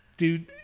Dude